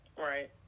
Right